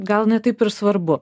gal ne taip ir svarbu